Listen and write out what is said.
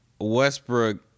Westbrook